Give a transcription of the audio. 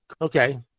Okay